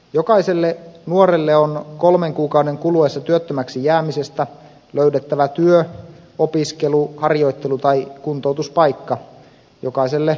jokaiselle nuorelle on kolmen kuukauden kuluessa työttömäksi jäämisestä löydettävä työ opiskelu harjoittelu tai kuntoutuspaikka jokaiselle tarpeensa mukaan